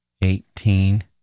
Eighteen